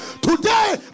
Today